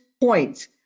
point